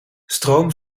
stroom